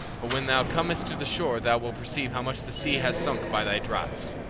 but when thou comest to the shore thou wilt perceive how much the sea has sunk by thy draughts.